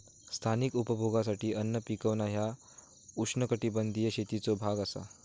स्थानिक उपभोगासाठी अन्न पिकवणा ह्या उष्णकटिबंधीय शेतीचो भाग असा